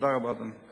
תודה רבה, אדוני.